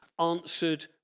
answered